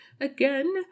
again